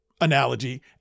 analogy